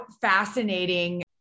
fascinating